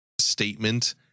statement